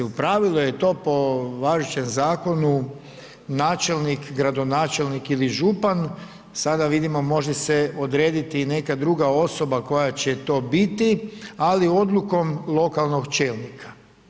U pravilo je to po važećem zakonu načelnik, gradonačelnik ili župan, sada vidimo može se odrediti i neka druga osoba koja će to biti ali odlukom lokalnog čelnika.